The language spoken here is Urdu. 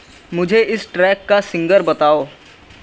مجھے اِس ٹریک کا سنگر بتاؤ